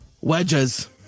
wedges